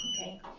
Okay